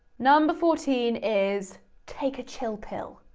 number fourteen is, take a chill pill,